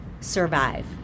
survive